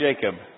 Jacob